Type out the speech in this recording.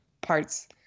parts